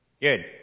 Good